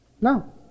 No